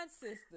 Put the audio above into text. sisters